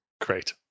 Great